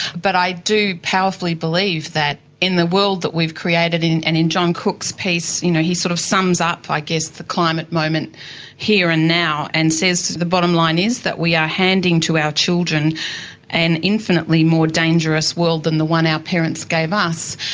but i do powerfully believe that in the world that we've created and in john cook's piece, you know he sort of sums up i guess the climate moment here and now and says the bottom line is that we are handing to our children an infinitely more dangerous world than the one our parents gave us.